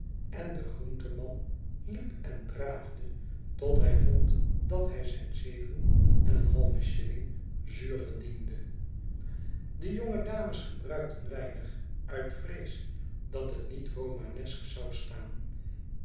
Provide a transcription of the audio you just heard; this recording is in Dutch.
en de groenteman liep en draafde totdat hij vond dat hij zijn zeven eneenhalven shilling zuur verdiende de jonge dames gebruikten weinig uit vrees dat net niet romanesk zou staan